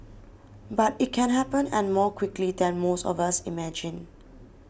but it can happen and more quickly than most of us imagine